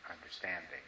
understanding